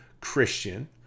Christian